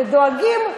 ודואגים,